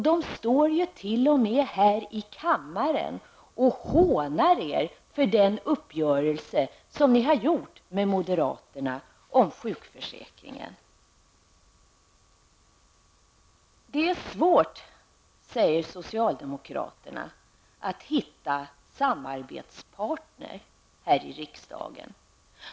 De står t.o.m. här i kammaren och hånar er för den uppgörelse ni träffat med moderaterna om sjukförsäkringen. Det är svårt, säger socialdemokraterna, att hitta samarbetspartner här i riksdagen.